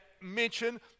mention